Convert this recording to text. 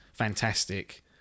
fantastic